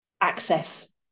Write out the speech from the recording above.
access